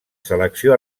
selecció